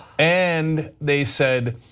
and they said,